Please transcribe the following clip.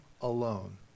alone